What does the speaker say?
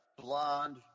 blonde